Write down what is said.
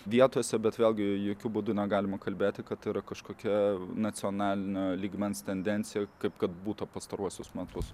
vietose bet vėlgi jokiu būdu negalima kalbėti kad yra kažkokia nacionalinio lygmens tendencija kaip kad būtų pastaruosius metus